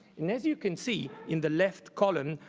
and as you can see, in the left column,